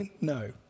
No